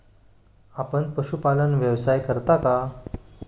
आपण पशुपालन व्यवसाय करता का?